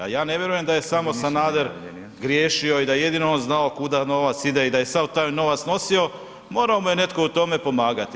A ja ne vjerujem da je samo Sanader griješio i da je jedino on znao kuda novac ide i da je sav taj novac nosio, morao mu je netko u tome pomagati.